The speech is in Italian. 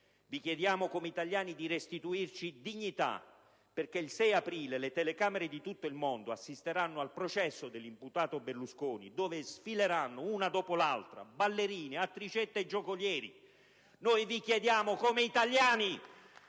vi chiediamo di restituirci dignità, perché il 6 aprile le telecamere di tutto il mondo assisteranno al processo all'imputato Berlusconi, dove sfileranno, una dopo l'altra, ballerine, attricette e giocolieri. *(Applausi dal